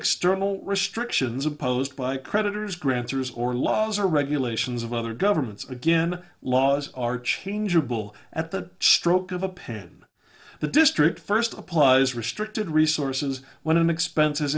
external restrictions imposed by creditors grantors or laws or regulations of other governments again laws are changeable at the stroke of a pen the district first applies restricted resources when expenses